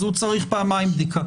הוא צריך פעמיים בדיקה.